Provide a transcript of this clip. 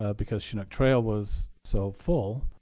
ah because chinook trail was so full,